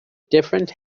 different